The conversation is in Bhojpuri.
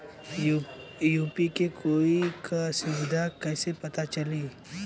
यू.पी.आई क सुविधा कैसे पता चली?